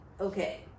okay